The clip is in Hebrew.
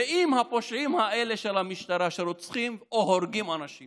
ואם הפושעים האלה של המשטרה שרוצחים או הורגים אנשים